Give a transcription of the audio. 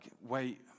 wait